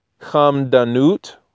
Hamdanut